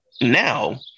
now